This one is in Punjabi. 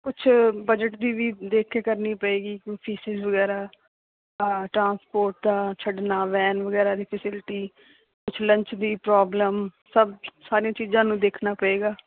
ਕੁਛ ਬਜਟ ਦੀ ਵੀ ਦੇਖ ਕੇ ਕਰਨੀ ਪਏਗੀ ਫੀਸਸ ਵਗੈਰਾ ਜਾਂ ਟ੍ਰਾਂਸਪੋਟ ਦਾ ਛੱਡਣਾ ਵੈਨ ਵਗੈਰਾ ਦੀ ਫਸਿਲਟੀ ਕੁਛ ਲੰਚ ਦੀ ਪ੍ਰੋਬਲਮ ਸਭ ਸਾਰੀਆਂ ਚੀਜ਼ਾਂ ਨੂੰ ਦੇਖਣਾ ਪਏਗਾ